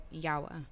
Yawa